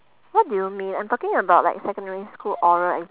what do you mean I'm talking about like secondary school oral ex~